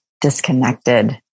disconnected